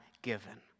given